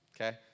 Okay